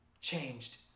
changed